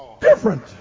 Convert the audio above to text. different